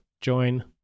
join